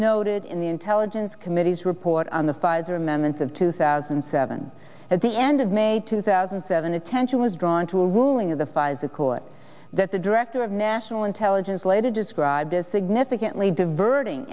noted in the intelligence committee's report on the pfizer amendments of two thousand and seven at the end of may two thousand and seven attention was drawn to a ruling of the pfizer court that the director of national intelligence later described as significantly diverting